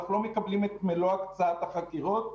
אנחנו לא מקבלים את מלוא הקצאת החקירות.